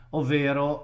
ovvero